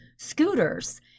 scooters